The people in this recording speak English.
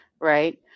right